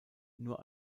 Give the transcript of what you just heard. nur